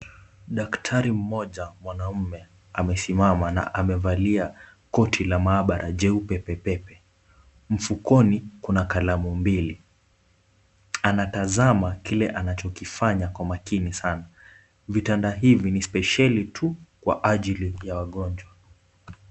Daktari mmoja mwanaume amesimama na amevalia koti la maabara jeupe pepepe. Mfukoni kuna kalamu mbili. Anatazama kile anachokifanya kwa makini sana. Vitanda hivi ni spesheli tu kwa ajili ya wagonjwa.